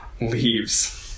leaves